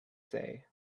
say